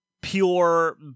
pure